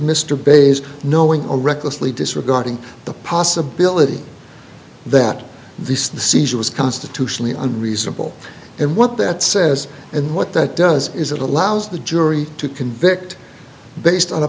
mr bayh's knowing or recklessly disregarding the possibility that this the seizure was constitutionally and reasonable and what that says and what that does is it allows the jury to convict based on